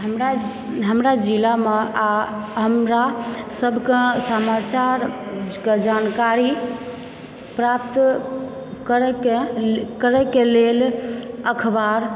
हमरा जिलामऽ आ हमरा सभकऽ समाचारकऽ जानकारी प्राप्त करयके लेल अख़बार